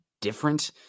different